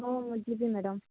ହଉ ମୁଁ ଯିବି ମ୍ୟାଡ଼ାମ୍